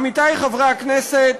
עמיתי חברי הכנסת,